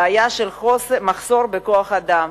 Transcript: בעיה של מחסור בכוח-אדם.